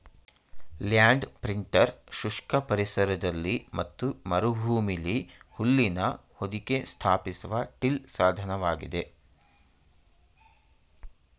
land printer ಶುಷ್ಕ ಪರಿಸರದಲ್ಲಿ ಮತ್ತು ಮರುಭೂಮಿಲಿ ಹುಲ್ಲಿನ ಹೊದಿಕೆ ಸ್ಥಾಪಿಸುವ ಟಿಲ್ ಸಾಧನವಾಗಿದೆ